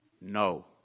No